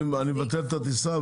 אני מבטל את הטיסה,